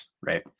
right